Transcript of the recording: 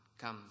comes